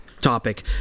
topic